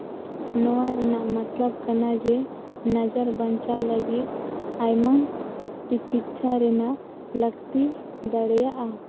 ᱱᱚᱣᱟ ᱨᱮᱱᱟᱜ ᱢᱟᱛᱞᱚᱵ ᱠᱟᱱᱟ ᱡᱮ ᱱᱚᱡᱚᱨ ᱵᱟᱧᱪᱟᱣ ᱞᱟᱹᱜᱤᱫ ᱟᱭᱢᱟ ᱛᱤᱠᱤᱪᱪᱷᱟ ᱨᱮᱱᱟᱜ ᱞᱟᱹᱠᱛᱤ ᱫᱟᱲᱮᱭᱟᱜᱼᱟ